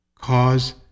Cause